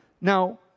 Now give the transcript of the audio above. Now